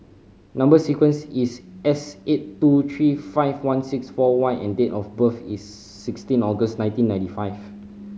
number sequence is S eight two three five one six four Y and date of birth is sixteen August nineteen ninety five